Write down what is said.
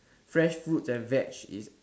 fresh fruits and veg is